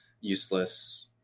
useless